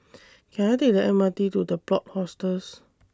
Can I Take The M R T to The Plot Hostels